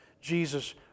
Jesus